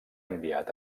enviat